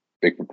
big